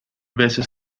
veces